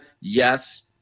Yes